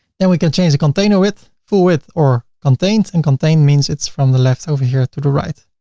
then we can change the container width full width or contained and contained means it's from the left over here to the right.